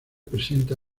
presenta